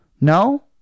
No